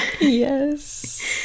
Yes